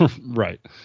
right